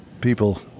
People